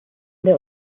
der